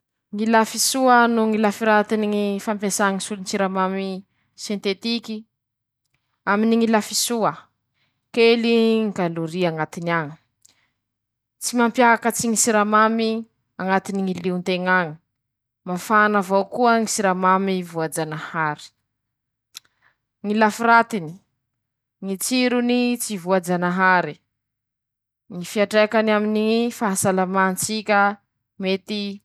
ñy hahazoako antoky fa ampy soa proteiny aminy ñy hany jaboeko tsy misy hena ñy fifiliako ñy loharanony ñy proteiny ampy soa, manahaky ñy fihinanako voanjobory ñy fihinana lojy ñy fihinana tsaramaso, manahaky anizay ñy fampifangaroako ñy loharanony proteiny maro karazany.